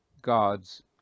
gods